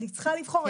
אני צריכה לבחור,